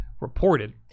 reported